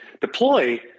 deploy